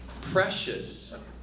precious